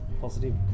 Positive